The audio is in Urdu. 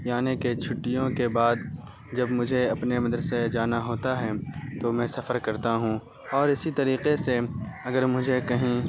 یعنی کہ چھٹیوں کے بعد جب مجھے اپنے مدرسے جانا ہوتا ہے تو میں سفر کرتا ہوں اور اسی طریقے سے اگر مجھے کہیں